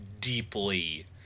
deeply